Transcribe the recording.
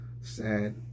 sad